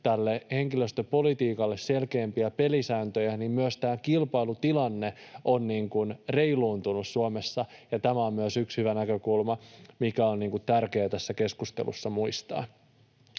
henkilöstöpolitiikalle selkeämpiä pelisääntöjä, niin myös tämä kilpailutilanne on reiluuntunut Suomessa. Tämä on myös yksi hyvä näkökulma, mikä on tärkeää tässä keskustelussa muistaa.